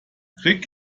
rick